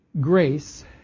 grace